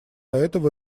этого